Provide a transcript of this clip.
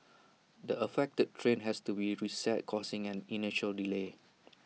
the affected train has to be reset causing an initial delay